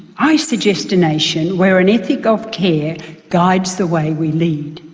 i suggest a nation where an ethic of care guides the way we lead.